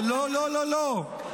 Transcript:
לא לא לא,